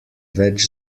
več